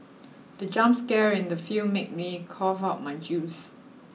the jump scare in the film made me cough out my juice